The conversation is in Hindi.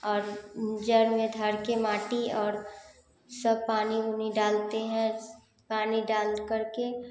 और जड़ में धर के माटी और सब पानी उनी डालते हैं पानी डालकर के